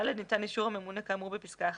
ניתן אישור הממונה כאמור בפסקה (1),